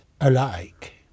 alike